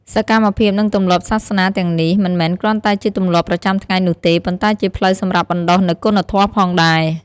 សកម្មភាពនិងទម្លាប់សាសនាទាំងនេះ មិនមែនគ្រាន់តែជាទម្លាប់ប្រចាំថ្ងៃនោះទេ ប៉ុន្តែជាផ្លូវសម្រាប់បណ្ដុះនូវគុណធម៌ផងដែរ។